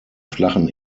flachen